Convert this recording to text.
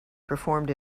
performed